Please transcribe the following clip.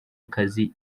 akazi